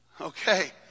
okay